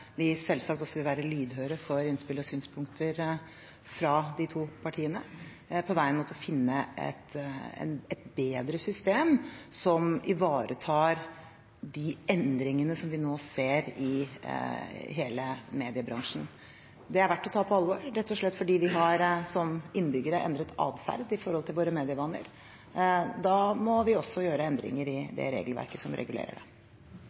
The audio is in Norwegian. vi selvsagt også vil være lydhøre for innspill og synspunkter fra de to partiene på veien mot å finne et bedre system som ivaretar de endringene som vi nå ser i hele mediebransjen. Det er verdt å ta på alvor, rett og slett fordi vi som innbyggere har endret adferd med hensyn til våre medievaner. Da må vi også gjøre endringer i det regelverket som regulerer. Det